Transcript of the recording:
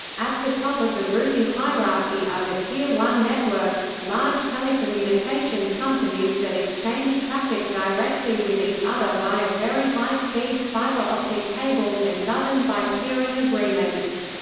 at the top of the routing hierarchy are the tier one networks, large telecommunication companies that exchange traffic directly with each other via very high speed fibre optic cables and governed by peering agreements.